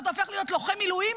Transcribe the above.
אתה הופך להיות לוחם מילואים,